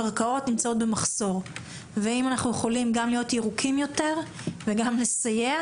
קרקעות נמצאות במחסור ואם אנחנו יכולים גם להיות ירוקים יותר וגם לסייע